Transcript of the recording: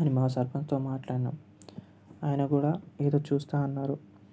అని మా సర్పంచ్తో మాట్లాడాను ఆయన కూడా ఏదో చూస్తా అన్నారు